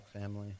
family